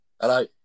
Hello